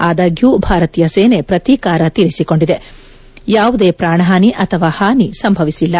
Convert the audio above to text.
ಆದಾಗ್ಲೂ ಭಾರತೀಯ ಸೇನೆ ಪ್ರತಿಕಾರ ತೀರಿಸಿಕೊಂಡಿದೆ ಯಾವುದೇ ಪ್ರಾಣಹಾನಿ ಅಥವಾ ಹಾನಿ ಸಂಭವಿಸಿಲ್ಲ